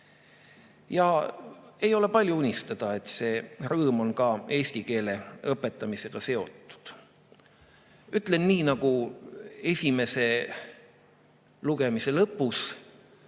Ei ole liig unistada, et see rõõm oleks ka eesti keele õpetamisega seotud. Ütlen nii nagu esimese lugemise lõpus: